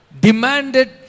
demanded